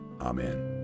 Amen